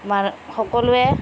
আমাৰ সকলোৱে